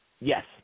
yes